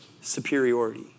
superiority